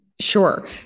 Sure